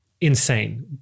insane